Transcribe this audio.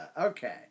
okay